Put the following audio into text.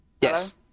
Yes